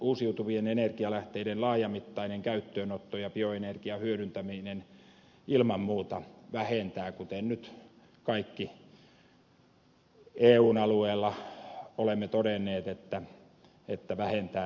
uusiutuvien energialähteiden laajamittainen käyttöönotto ja bioenergian hyödyntäminen ilman muuta vähentävät kuten nyt kaikki eun alueella olemme todenneet ympäristökuormitusta